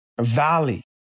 valley